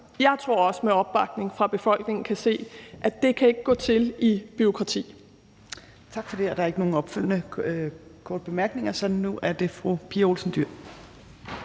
jeg tror også, det er med opbakning fra befolkningen – kan se, at det ikke kan gå til i bureaukrati.